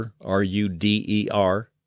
R-U-D-E-R